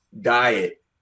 diet